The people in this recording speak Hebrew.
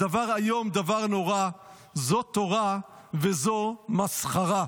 דבר איום, דבר נורא, זאת תורה וזו מסחרה.